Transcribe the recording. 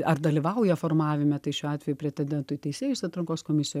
ar dalyvauja formavime tai šiuo atveju pretendentų į teisėjus atrankos komisija